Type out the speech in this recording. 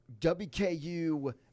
WKU